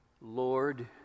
Lord